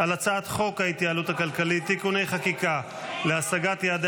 על הצעת חוק ההתייעלות הכלכלית (תיקוני חקיקה להשגת יעדי